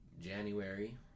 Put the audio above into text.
January